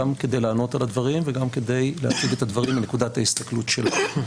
גם כדי לענות על הדברים וגם כדי להציג את הדברים מנקודת ההסתכלות שלנו.